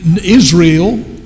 Israel